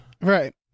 Right